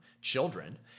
children